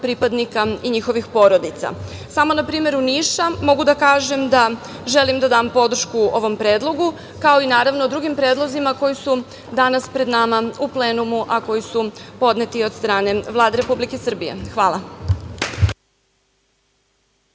pripadnika i njihovih porodica. Samo na primeru Niša mogu da kažem da želim da dam podršku ovom predlogu, kao i drugim predlozima koji su danas pred nama u plenumu, a koji su podneti od strane Vlade Republike Srbije. Hvala.